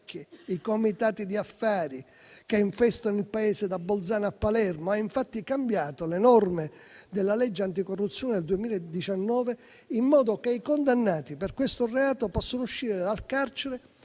e comitati di affari, che infestano il Paese da Bolzano a Palermo. Infatti, sono cambiate le norme della legge anticorruzione del 2019, in modo che i condannati per questo reato possono uscire dal carcere